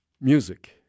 music